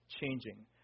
changing